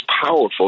powerful